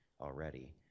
already